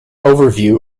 overview